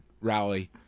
rally